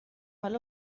حالا